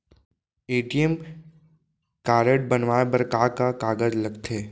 ATM card बनवाये बर का का कागज लगथे?